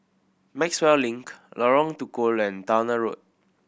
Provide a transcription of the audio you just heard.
Maxwell Link Lorong Tukol and Towner Road